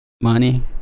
money